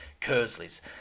Kersley's